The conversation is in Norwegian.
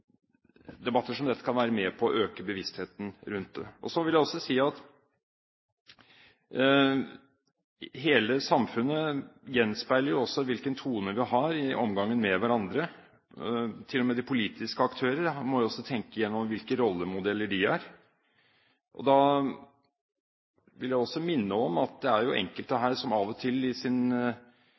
Debatter som dette kan være med på å øke bevisstheten rundt det. Så vil jeg si at hele samfunnet gjenspeiler også hvilken tone vi har i omgangen med hverandre. Til og med de politiske aktører må også tenke gjennom hvilke rollemodeller de er. Da vil jeg minne om at det er enkelte her som av og til i sin